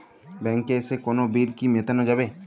ব্যাংকে এসে কোনো বিল কি মেটানো যাবে?